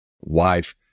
wife